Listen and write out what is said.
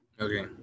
Okay